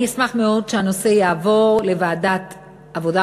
אני אשמח מאוד שהנושא יעבור לוועדת העבודה,